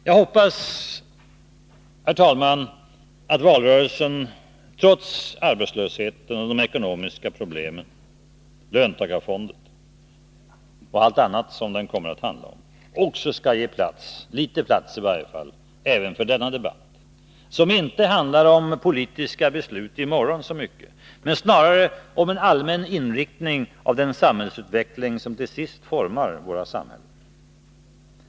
Jag hoppas, herr talman, att valrörelsen, trots arbetslöshet, de ekonomiska problemen, löntagarfonder och allt annat som den kommer att handla om också skall ge i varje fall litet plats för denna debatt, som inte handlar om politiska beslut i morgon så mycket, utan snarare om en allmän inriktning av den samhällsutveckling som till sist formar våra samhällen.